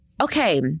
okay